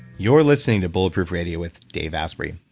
you're listening to bulletproof radio with dave asprey.